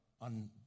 on